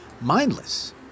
mindless